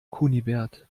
kunibert